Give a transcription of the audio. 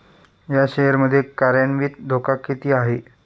या शेअर मध्ये कार्यान्वित धोका किती आहे?